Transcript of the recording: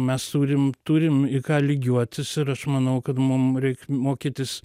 mes turim turim į ką lygiuotis ir aš manau kad mum reik mokytis